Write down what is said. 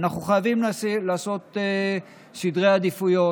ואנחנו חייבים לעשות סדרי עדיפויות.